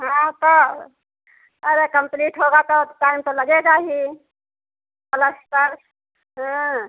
हाँ तौव अरे कम्पलीट होगा तो टाइम तो लगेगा ही पलस्तर हाँ